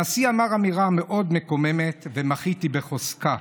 הנשיא אמר אמירה מאוד מקוממת ומחיתי בחוזקה.